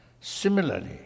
Similarly